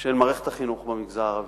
של מערכת החינוך במגזר הערבי,